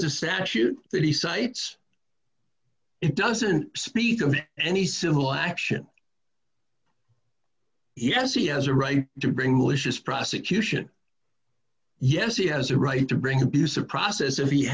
at the statute that he cites it doesn't speak of any civil action yes he has a right to bring malicious prosecution yes he has a right to bring abuse of process if he